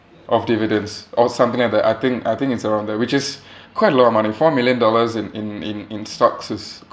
of dividends or something like that I think I think it's around there which is quite a lot of money four million dollars in in in in stocks is